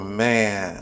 man